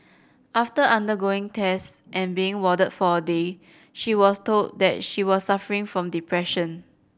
after undergoing tests and being warded for a day she was told that she was suffering from depression